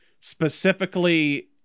Specifically